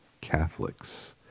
Catholics